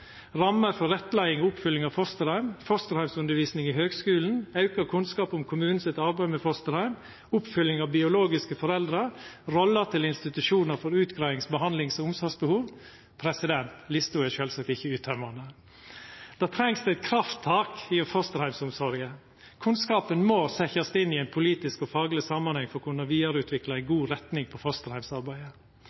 Rammer for rettleiing og oppfølging av fosterheim Fosterheimsundervisning i høgskulen Auka kunnskap om kommunen sitt arbeid med fosterheim Oppfølging av biologiske foreldre Rolla til institusjonar for utgreiings-, behandlings- og omsorgsbehov Lista er sjølvsagt ikkje uttømmande. Me treng eit krafttak i fosterheimsomsorga. Kunnskapen må setjast inn i ein politisk og fagleg samanheng for å kunna vidareutvikla ei god retning for fosterheimsarbeidet.